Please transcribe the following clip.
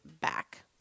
back